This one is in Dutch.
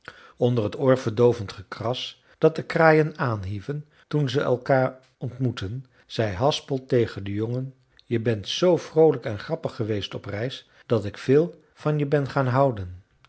onder het oorverdoovend gekras dat de kraaien aanhieven toen ze elkaar ontmoetten zei haspel tegen den jongen je bent zoo vroolijk en grappig geweest op reis dat ik veel van je ben gaan houden